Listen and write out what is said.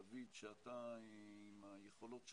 דוד, שאתה, עם היכולות שלך,